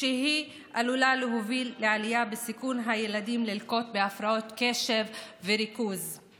שהיא עלולה להוביל לעלייה בסיכון הילדים ללקות בהפרעות קשב וריכוז,